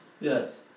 Yes